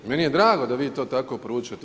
Meni je drago da vi to tako proučavate.